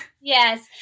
Yes